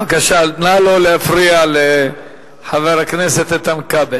בבקשה לא להפריע לחבר הכנסת איתן כבל.